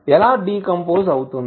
ఎలా డీకంపోజ్ అవుతుంది